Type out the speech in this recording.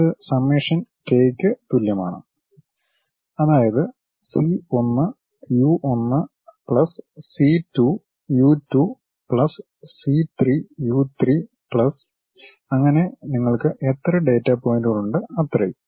ഇത് summation k ക്ക് തുല്യമാണ് അതായത് c 1 u 1 plus c 2 u 2 plus c 3 u 3 plus അങ്ങനെ നിങ്ങൾക്ക് എത്ര ഡാറ്റ പോയിന്റുകളുണ്ട് അത്രയും